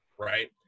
right